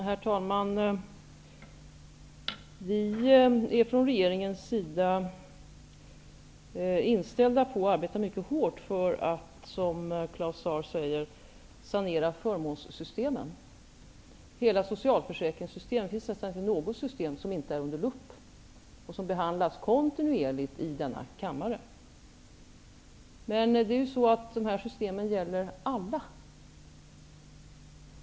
Herr talman! Vi är från regeringens sida inställda på att arbeta mycket hårt för att, som Claus Zaar säger, sanera förmånssystemen. Hela socialförsäkringssystemet är under lupp. Det finns nästan inte något system som inte är under lupp och som inte behandlas kontinuerligt i denna kammare. Dessa system gäller ju alla.